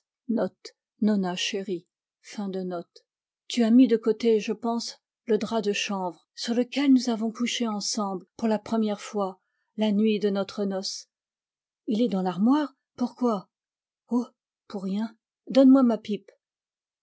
tu as mis de côté je pense le drap de chanvre sur lequel nous avons couché ensemble pour la première fois la nuit de notre noce il est dans l'armoire pourquoi oh pour rien donne-moi ma pipe